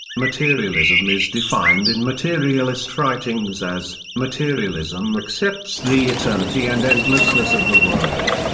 materialism is defined in materialist writings as materialism accepts the eternity and endlessness of the world,